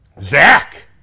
Zach